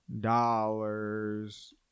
dollars